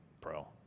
pro